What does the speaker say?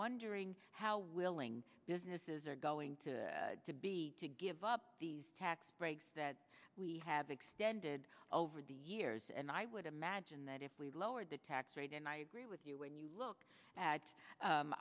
wondering how willing businesses are going to to be to give up these tax breaks that we have extended over the years and i would imagine that if we lowered the tax rate and i agree with you when you look at